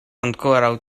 ankoraŭ